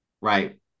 right